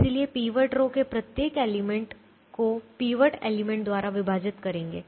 इसलिए pivot row के प्रत्येक एलिमेंट तत्व को पीवट एलिमेंट द्वारा विभाजित करेंगे